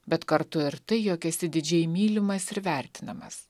bet kartu ir tai jog esi didžiai mylimas ir vertinamas